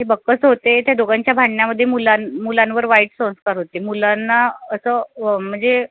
हे बक्कस होते त्या दोघांच्या भांडण्यामध्ये मुलां मुलांवर वाईट संस्कार होते मुलांना असं म्हणजे